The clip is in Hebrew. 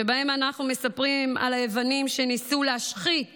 שבהם אנחנו מספרים על היוונים שניסו להשחית